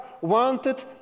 wanted